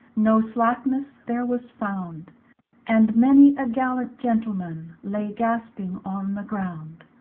noe slacknes there was found and many a gallant gentleman lay gasping on the ground.